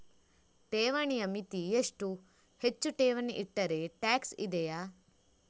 ಠೇವಣಿಯ ಮಿತಿ ಎಷ್ಟು, ಹೆಚ್ಚು ಠೇವಣಿ ಇಟ್ಟರೆ ಟ್ಯಾಕ್ಸ್ ಇದೆಯಾ?